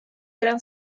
eran